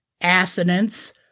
assonance